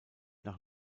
nach